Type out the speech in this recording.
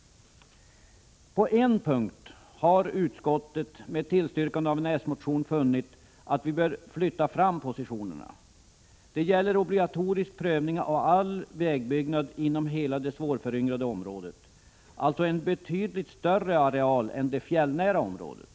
På en punkt har utskottet med tillstyrkande av en s-motion funnit att vi bör flytta fram positionerna. Det gäller obligatorisk prövning av all vägbyggnad inom hela det svårföryngrade området, alltså en betydligt större areal än det fjällnära området.